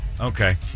Okay